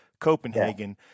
Copenhagen